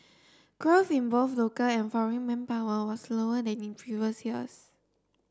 growth in both local and foreign manpower was slower than in previous years